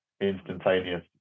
instantaneous